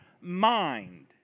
mind